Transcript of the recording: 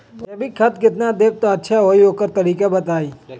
जैविक खाद केतना देब त अच्छा होइ ओकर तरीका बताई?